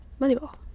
moneyball